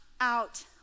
out